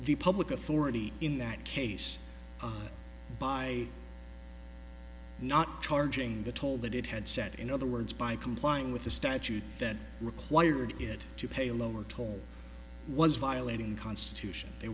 the public authority in that case by not charging the toll that it had said in other words by complying with the statute that required it to pay a lower total was violating the constitution they